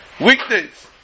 Weekdays